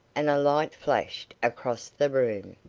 and a light flashed across the room.